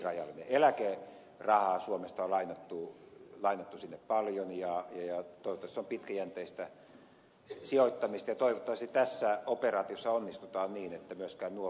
eläkerahaa suomesta on lainattu sinne paljon ja toivottavasti se on pitkäjänteistä sijoittamista ja toivottavasti tässä operaatiossa onnistutaan niin että myöskään nuo varat eivät vaarannu